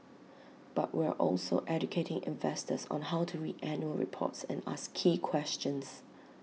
but we're also educating investors on how to read annual reports and ask key questions